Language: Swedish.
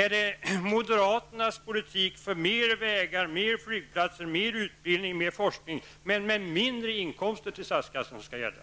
Är det moderaternas politik för mer vägar, mer flygplatser, mer utbildning, mer forskning men med mindre inkomster till statskassan som skall gälla?